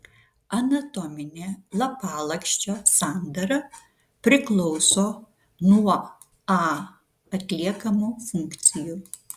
anatominė lapalakščio sandara priklauso nuo a atliekamų funkcijų